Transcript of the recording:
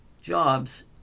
jobs